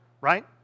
Right